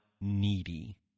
needy